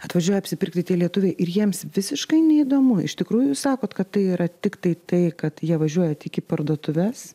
atvažiuoja apsipirkti tie lietuviai ir jiems visiškai neįdomu iš tikrųjų sakot kad tai yra tiktai tai kad jie važiuoja tik į parduotuves